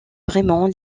vraiment